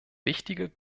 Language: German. wichtiger